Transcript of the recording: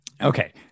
Okay